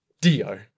Dio